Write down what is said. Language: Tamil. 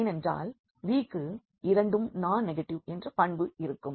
ஏனென்றால் Vக்கு இரண்டும் நான் நெகட்டிவ் என்ற பண்பு இருக்கும்